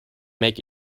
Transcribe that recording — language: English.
make